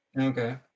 Okay